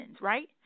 right